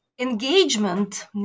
engagement